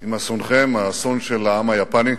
עם אסונכם, האסון של העם היפני.